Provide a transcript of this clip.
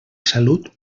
salut